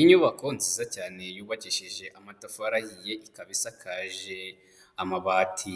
Inyubako nziza cyane yubakishije amatafari ahiye, ikaba isakaje amabati,